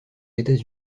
états